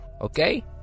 Okay